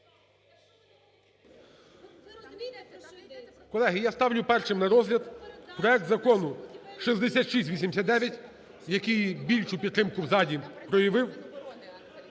Колеги, я ставлю першим на розгляд проект Закону 6689, який більшу підтримку в залі проявив,